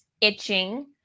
Itching